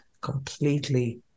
completely